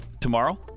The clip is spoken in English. tomorrow